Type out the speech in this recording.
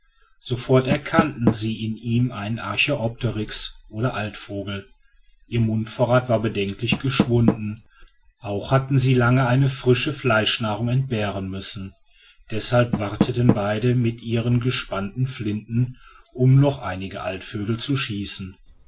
sofort erkannten sie in ihm einen archäopterix oder altvogel ihr mundvorrat war bedenklich geschwunden auch hatten sie lange eine frische fleischnahrung entbehren müssen deshalb warteten beide mit ihren gespannten flinten um noch einige altvögel zu schießen